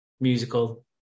musical